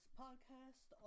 podcast